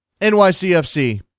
NYCFC